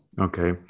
Okay